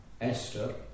Esther